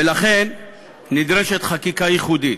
ולכן נדרשת חקיקה ייחודית.